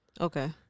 Okay